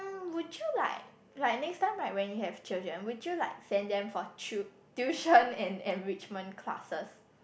would you like like next time right when you have children would you like send them for tui~ tuition and enrichment classes